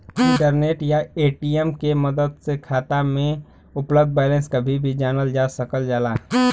internet या ATM के मदद से खाता में उपलब्ध बैलेंस कभी भी जानल जा सकल जाला